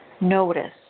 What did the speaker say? notice